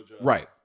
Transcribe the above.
right